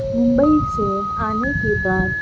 ممبئی سے آنے کے بعد